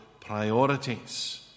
priorities